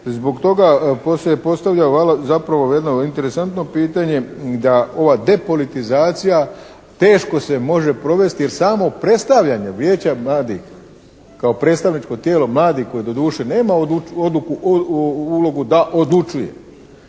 Zbog toga postavlja zapravo jedno interesantno pitanje da ova depolitizacija teško se može provesti jer samo predstavljanje vijeća mladih kao predstavničko tijelo mladih koje doduše nema ulogu da odlučuje